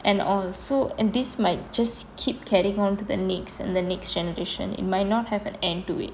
and also and this might just keep carrying on to the next and the next generation it might not have an end to it